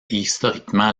historiquement